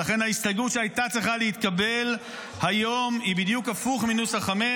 ולכן ההסתייגות שהייתה צריכה להתקבל היום היא בדיוק הפוך מנוסח 5,